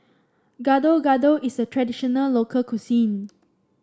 Gado Gado is a traditional local cuisine